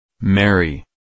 Mary